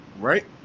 Right